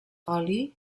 oli